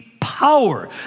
power